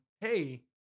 hey